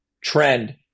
trend